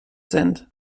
sind